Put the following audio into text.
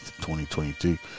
2022